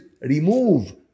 remove